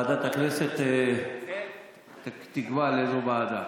ועדת הכנסת תקבע לאיזו ועדה.